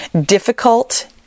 difficult